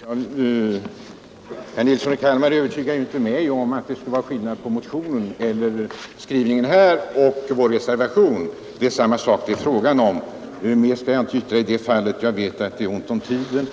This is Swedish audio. Herr talman! Herr Nilsson i Kalmar övertygar inte mig om att det finns någon skillnad mellan motionens skrivning och reservationen. Det är fråga om samma sak. Mer skall jag inte säga om det, eftersom vi har ont om tid